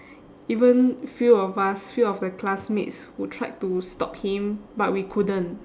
even few of us few of the classmates who tried to stop him but we couldn't